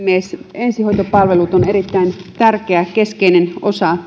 ensihoitopalvelut ovat erittäin tärkeä keskeinen osa